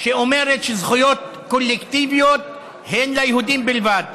שאומרת שזכויות קולקטיביות הן ליהודים בלבד.